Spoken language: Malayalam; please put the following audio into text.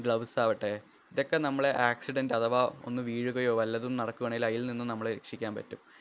ഗ്ലൗസ് ആകട്ടെ ഇതൊക്കെ നമ്മൾ ആക്സിഡൻറ്റ് അഥവാ ഒന്നു വീഴുകയോ വല്ലതും നടക്കുവാണേല് അതില് നിന്നും നമ്മളെ രക്ഷിക്കാന് പറ്റും